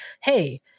hey